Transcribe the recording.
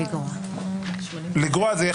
להוסיף, לא לגרוע.